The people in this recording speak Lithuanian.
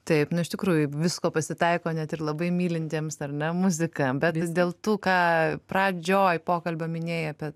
taip nu iš tikrųjų visko pasitaiko net ir labai mylintiems ar ne muziką bet vis dėl tų ką pradžioj pokalbio minėjai apie